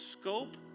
scope